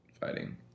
fighting –